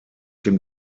dem